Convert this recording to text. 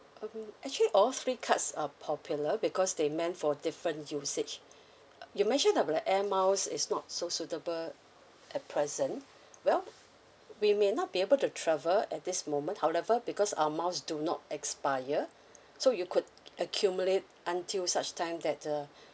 um actually all three cards are popular because they meant for different usage you mentioned about air miles is not so suitable at present well we may not be able to travel at this moment however because um miles do not expire so you could accumulate until such time that uh